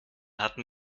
hatten